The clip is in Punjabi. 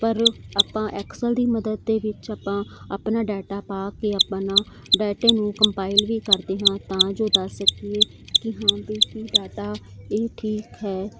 ਪਰ ਆਪਾਂ ਐਕਸਲ ਦੀ ਮਦਦ ਦੇ ਵਿੱਚ ਆਪਾਂ ਆਪਣਾ ਡਾਟਾ ਪਾ ਕੇ ਆਪਾਂ ਨਾ ਡਾਟੇ ਨੂੰ ਕੰਪਾਇਲ ਵੀ ਕਰਦੇ ਹਾਂ ਤਾਂ ਜੋ ਦੱਸ ਸਕੀਏ ਕੀ ਹਾਂ ਵੀ ਕਿ ਡਾਟਾ ਇਹ ਠੀਕ ਹੈ